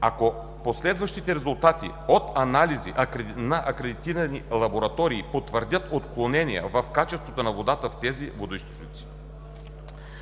ако последващите резултати от анализи от акредитирани лаборатории потвърдят отклонения в качеството на водата в тези водоизточници.